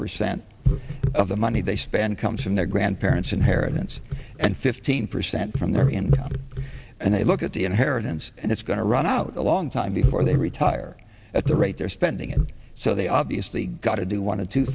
percent of the money they spend comes from their grandparents inheritance and fifteen percent from their income and they look at the inheritance and it's going to run out a long time before they retire at the rate they're spending so they obviously got to do want to two